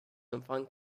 empfang